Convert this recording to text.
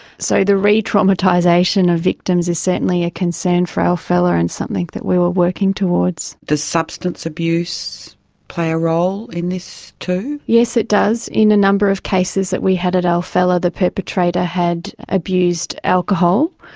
so the re-traumatisation of victims is certainly a concern for alfela and something that we were working towards. does substance abuse play a role in this too? yes, it does. in a number of cases that we had at alfela the perpetrator had abused alcohol,